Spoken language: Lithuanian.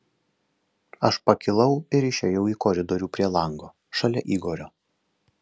aš pakilau ir išėjau į koridorių prie lango šalia igorio